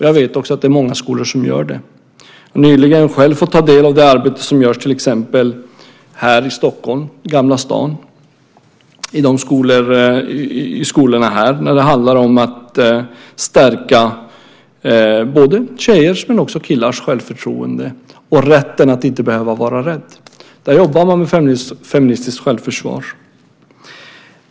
Jag vet också att det är många skolor som gör det. Jag har nyligen själv fått ta del av det arbete som görs till exempel här i Stockholm, i Gamla stan, när det handlar om att stärka tjejers men också killars självförtroende och rätten att inte behöva vara rädd. Där jobbar man med feministiskt självförsvar.